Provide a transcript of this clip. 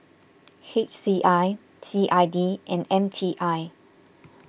H C I C I D and M T I